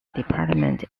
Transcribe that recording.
department